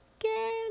again